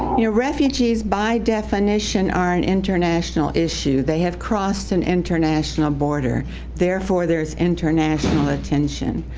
you know refugees by definition are an international issue. they have crossed an international border therefore there's international attention,